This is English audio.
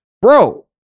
Bro